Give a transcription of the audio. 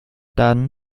dann